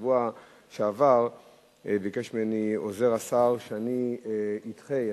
בשבוע שעבר ביקש ממני עוזר השר שאני אדחה,